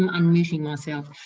and i'm losing myself.